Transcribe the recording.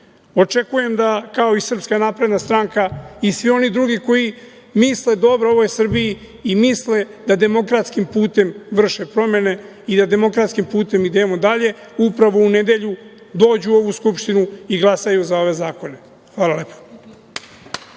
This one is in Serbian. Srbija. Očekujem da kao SNS i svi oni drugi koji misle dobro ovoj Srbiji i misle da demokratskim putem vrše promene i da demokratskim putem idemo dalje, upravo u nedelju dođu u ovu Skupštinu i glasaju za ove zakone. Hvala lepo.